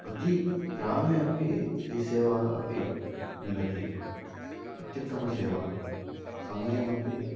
प्रति ग्रामे अपि ई सेवा अपि मिलति अत्युत्तमसेवा समयमपि